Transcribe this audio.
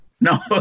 No